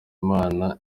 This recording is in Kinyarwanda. imana